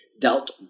dealt